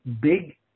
big